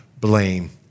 Blame